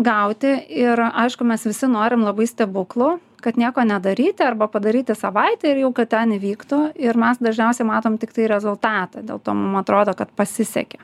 gauti ir aišku mes visi norim labai stebuklų kad nieko nedaryti arba padaryti savaitę ir jau kad ten įvyktų ir mes dažniausiai matom tiktai rezultatą dėl to mum atrodo kad pasisekė